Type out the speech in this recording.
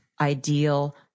ideal